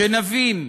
שנבין,